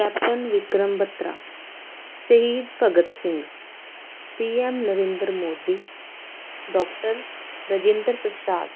captain Vikram Batra ਸ਼ਹੀਦ Bhagat Singh P M Narendra Modi doctor Rajendra ਪ੍ਰਸਾਦ